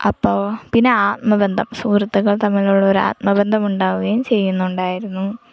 അപ്പോൾ പിന്നെ ആത്മബന്ധം സുഹൃത്തുക്കൾ തമ്മിലുള്ളൊരാത്മബന്ധം ഉണ്ടാവുകയും ചെയ്യുന്നുണ്ടായിരുന്നു